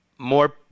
More